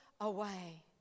away